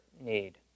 need